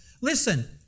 Listen